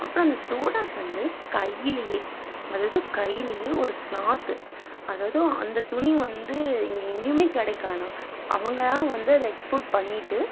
அப்பறம் அந்த தோடாஸ் வந்து கையிலேயே அதாவது கையிலேயே ஒரு க்ளாத்து அதாவது அந்த துணி வந்து இங்கே எங்கேயுமே கிடைக்காது அவங்க தான் வந்து அதை எக்ஸ்போர்ட் பண்ணிட்டு